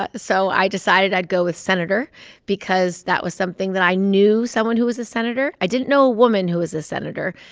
but so i decided i'd go with senator because that was something something that i knew someone who was a senator. i didn't know a woman who was a senator,